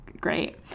great